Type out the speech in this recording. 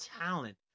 talent